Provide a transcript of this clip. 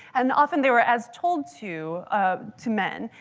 and often they were as told to ah to men.